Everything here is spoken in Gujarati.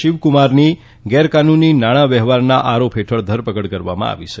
શિવકુમારની ગેરકાનુની નાણાં વ્યવહારના આરોપ હેઠળ ધરપકડ કરવામાં આવી છે